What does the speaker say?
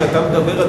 כשאתה מדבר,